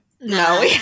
No